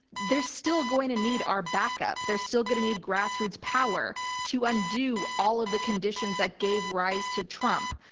they're still going to need our backup. they're still going to need grassroots power to undo all of the conditions that gave rise to trump.